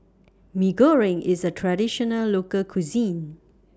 Mee Goreng IS A Traditional Local Cuisine